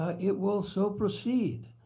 it will so proceed.